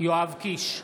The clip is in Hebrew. יואב קיש,